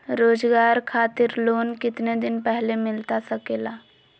रोजगार खातिर लोन कितने दिन पहले मिलता सके ला?